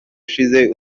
ishize